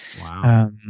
Wow